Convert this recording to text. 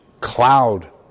cloud